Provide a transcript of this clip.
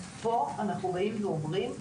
פה אנחנו באים ואומרים,